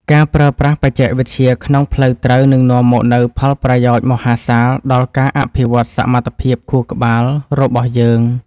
ការប្រើប្រាស់បច្ចេកវិទ្យាក្នុងផ្លូវត្រូវនឹងនាំមកនូវផលប្រយោជន៍មហាសាលដល់ការអភិវឌ្ឍសមត្ថភាពខួរក្បាលរបស់យើង។